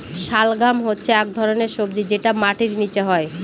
শালগাম হচ্ছে এক ধরনের সবজি যেটা মাটির নীচে হয়